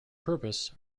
purpose